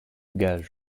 gage